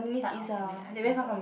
start of the I think so